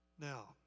Now